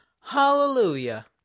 Hallelujah